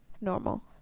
normal